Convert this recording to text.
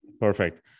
Perfect